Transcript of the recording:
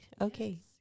Okay